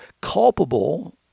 culpable